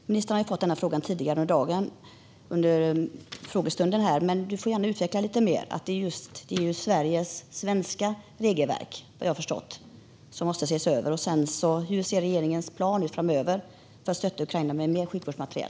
Ministern har fått denna fråga tidigare under frågestunden, men hon får gärna utveckla det lite mer. Vad jag har förstått är det Sveriges regelverk som måste ses över. Hur ser regeringens plan ut framöver för att stötta Ukraina med mer sjukvårdsmateriel?